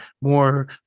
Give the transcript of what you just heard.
more